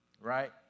right